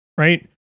right